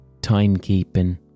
timekeeping